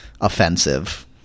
offensive